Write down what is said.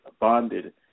bonded